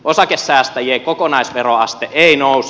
osakesäästäjien kokonaisveroaste ei nouse